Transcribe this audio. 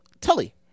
Tully